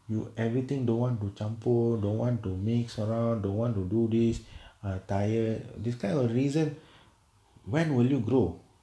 you everything don't want to jump uh don't want to mix around don't want do this ah tired this kind of reason when will you grow